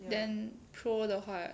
then pro 的话